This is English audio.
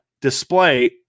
display